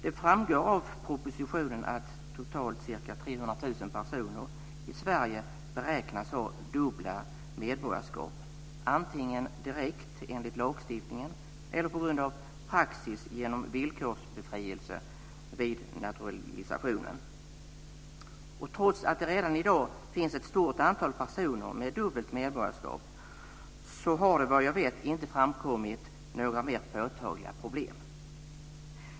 Det framgår av propositionen att totalt ca 300 000 personer i Sverige beräknas ha dubbla medborgarskap antingen direkt, enligt lagstiftningen, eller på grund av praxis genom villkorsbefrielse vid naturalisationen. Trots att det redan i dag finns ett stort antal personer med dubbelt medborgarskap har det vad jag vet inte framkommit några mer påtagliga problem.